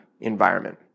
environment